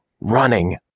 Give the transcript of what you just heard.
Running